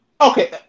Okay